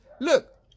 Look